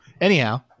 Anyhow